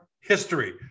history